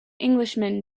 englishman